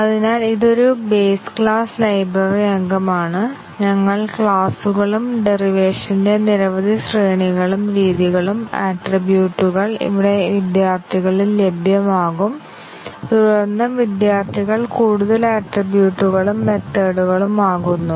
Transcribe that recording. അതിനാൽ ഇതൊരു base class library അംഗമാണ് ഞങ്ങൾ ക്ലാസുകളും ഡെറിവേഷന്റെ നിരവധി ശ്രേണികളും രീതികളും ആട്രിബ്യൂട്ടുകൾ ഇവിടെ വിദ്യാർത്ഥികളിൽ ലഭ്യമാകും തുടർന്ന് വിദ്യാർത്ഥികൾ കൂടുതൽ ആട്രിബ്യൂട്ടുകളും മെത്തേഡ്കളും ആകുന്നു